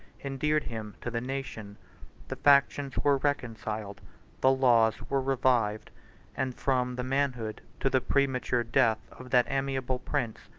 endeared him to the nation the factions were reconciled the laws were revived and from the manhood to the premature death of that amiable prince,